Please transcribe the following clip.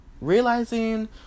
realizing